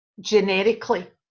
generically